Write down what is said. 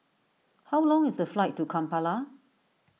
how long is the flight to Kampala